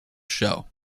show